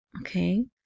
Okay